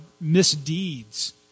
misdeeds